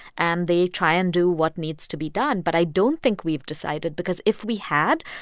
and they try and do what needs to be done. but i don't think we've decided because if we had,